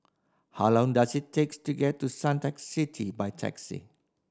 how long does it takes to get to Suntec City by taxi